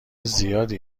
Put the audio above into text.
زیادی